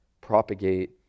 propagate